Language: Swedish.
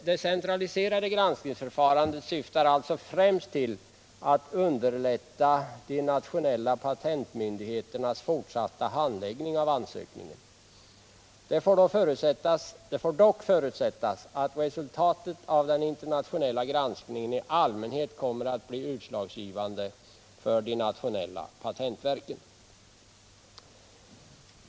Det centraliserade granskningsförfarandet syftar alltså främst till att underlätta de nationella patentmyndigheternas fortsatta handläggning av ansökningen. Det får dock förutsättas att resultatet av den internationella granskningen i allmänhet kommer att bli utslagsgivande för de nationella patentverken.